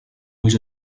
ulls